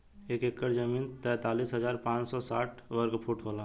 एक एकड़ जमीन तैंतालीस हजार पांच सौ साठ वर्ग फुट होला